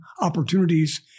opportunities